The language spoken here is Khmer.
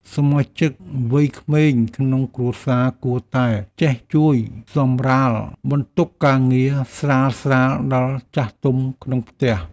សមាជិកវ័យក្មេងក្នុងគ្រួសារគួរតែចេះជួយសម្រាលបន្ទុកការងារស្រាលៗដល់ចាស់ទុំក្នុងផ្ទះ។